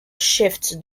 shifts